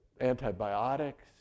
antibiotics